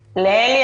אבידר.